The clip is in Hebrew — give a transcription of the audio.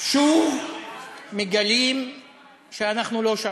שוב מגלים שאנחנו לא שם.